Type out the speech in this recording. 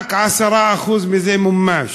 רק 10% מזה מומש.